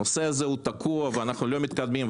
הנושא הזה תקוע, ואנחנו לא מתקדמים.